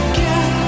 get